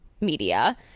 media